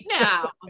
now